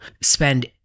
spend